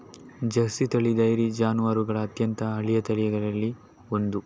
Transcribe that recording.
Jersey ತಳಿ dairy ಜಾನುವಾರುಗಳ ಅತ್ಯಂತ ಹಳೆಯ ತಳಿಗಳಲ್ಲಿ ಒಂದು